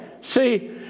see